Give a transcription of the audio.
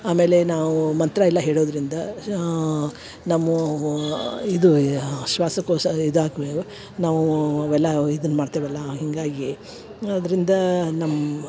ಆಮೇಲೆ ನಾವು ಮಂತ್ರ ಎಲ್ಲ ಹೇಳೋದರಿಂದ ನಮ್ಮೂ ಊ ಇದು ಎ ಶ್ವಾಸಕೋಶ ಇದು ಆಗ್ವೇವು ನಾವು ಎಲ್ಲ ಇದನ್ನ ಮಾಡ್ತೇವಲ್ಲ ಹೀಗಾಗಿ ಅದರಿಂದ ನಮ್ಮ